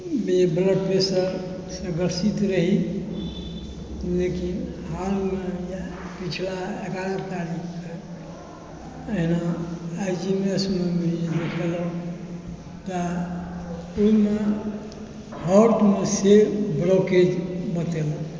blood प्रेशरसँ ग्रसित रही लेकिन हालमे इएह पछिला एगारह तारीखके अहिना आइजीएमएसमे एडमिट भेलहुँ तऽ ओहिमे हर्टमे से ब्लौकेज बतेलक